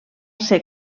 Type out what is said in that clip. ser